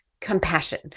compassion